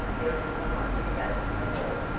there is some one against the door.